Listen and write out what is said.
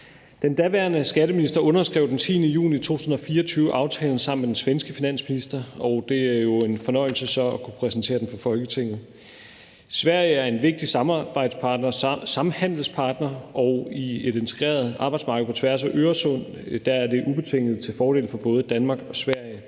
Den daværende skatteminister underskrev den 10. juni 2024 aftalen sammen med den svenske finansminister, og det er jo en fornøjelse så at kunne præsentere den for Folketinget. Sverige er en vigtig samhandelspartner, og i et integreret arbejdsmarked på tværs af Øresund er det ubetinget til fordel for både Danmark og Sverige,